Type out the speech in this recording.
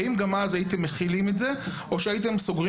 האם גם אז הייתם מכילים את זה או שהייתם סוגרים